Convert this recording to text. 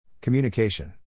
Communication